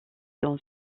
dans